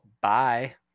Bye